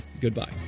Goodbye